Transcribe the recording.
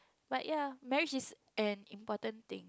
but ya marriage is an important thing